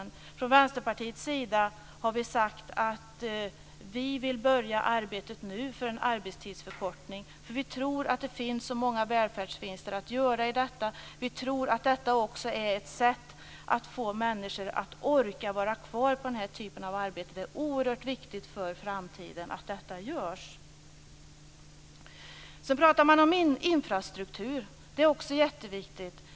Vi har från Vänsterpartiets sida sagt att vi nu vill börja arbetet för en arbetstidsförkortning. Vi tror att det finns många välfärdsvinster att göra på detta. Vi tror också att detta är ett sätt att få människor att orka vara kvar i den här typen av arbeten. Det oerhört viktigt för framtiden att detta görs. Man pratade också om infrastruktur. Också det är jätteviktigt.